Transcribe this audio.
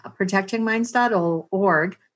protectingminds.org